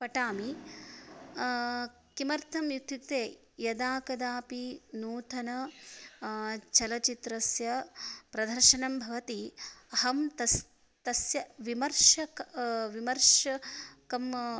पठामि किमर्थम् इत्युक्ते यदा कदापि नूतन चलचित्रस्य प्रदर्शनं भवति अहं तस्य तस्य विमर्शकं विमर्शः कं